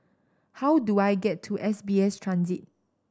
how do I get to S B S Transit